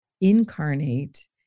incarnate